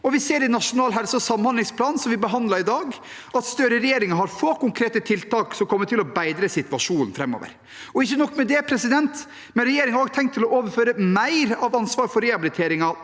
i Nasjonal helse- og samhandlingsplan, som vi behandler i dag, at Støre-regjeringen har få konkrete tiltak som kommer til å bedre situasjonen framover. Og ikke nok med det, regjeringen har også tenkt å overføre mer av ansvaret for rehabiliterin gen